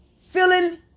feeling